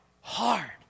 hard